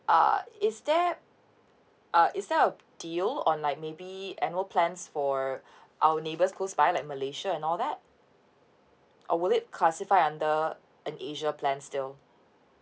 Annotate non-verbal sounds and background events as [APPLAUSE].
uh is there uh is there a deal on like maybe annual plans for [BREATH] our neighbours close by like malaysia and all that or wouId it classify under an asia plans deal